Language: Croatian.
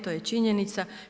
To je činjenica.